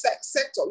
sector